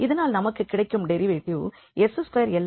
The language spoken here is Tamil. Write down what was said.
இதனால் நமக்கு கிடைக்கும் டெரிவேட்டிவ் 𝑠2𝐿𝑦 − 𝑠𝑦 − 𝑦